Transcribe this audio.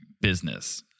business